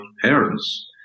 parents